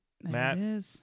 Matt